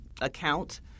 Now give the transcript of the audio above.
account